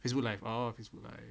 facebook live oh facebook live